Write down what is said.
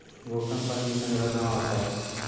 भुगतान पंजी संग्रह कहां होता हैं?